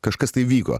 kažkas tai vyko